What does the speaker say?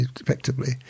effectively